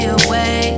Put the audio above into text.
away